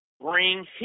Bring